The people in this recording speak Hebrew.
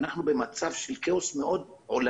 אנחנו במצב של כאוס עולמי,